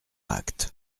acte